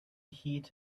heat